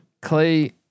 Clay